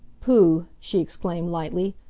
pooh! she exclaimed lightly.